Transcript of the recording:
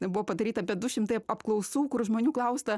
buvo padaryta apie du šimtai ap apklausų kur žmonių klausta